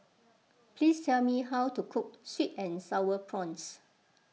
please tell me how to cook Sweet and Sour Prawns